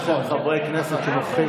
יש חברי כנסת שנוכחים,